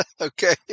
Okay